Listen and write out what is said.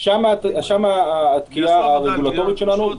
שם התקיעה הרגולטורית שלנו,